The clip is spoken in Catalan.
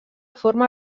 forma